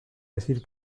decir